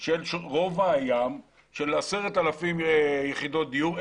של 10,000 יחידות דיור,